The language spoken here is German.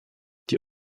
die